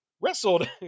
wrestled